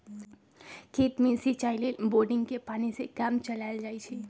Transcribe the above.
खेत में सिचाई लेल बोड़िंगके पानी से काम चलायल जाइ छइ